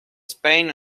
spain